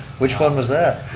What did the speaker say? which one was that?